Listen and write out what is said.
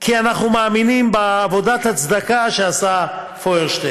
כי אנחנו מאמינים בעבודת הצדקה שעשה פוירשטיין.